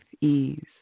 ease